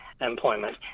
employment